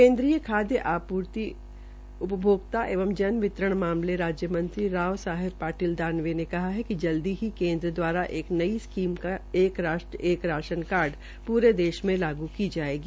केन्द्रीय खाद्य आपूर्ति उपभोक्ता एवं जनवितरण राज्य मंत्री राव साहेब पाटिल दानवे ने कहा है कि जल्दी ही केन्द्र द्वारा एक नई स्कीम एक राष्ट्र एक राशन कार्ड प्रे देश में लागू की जायग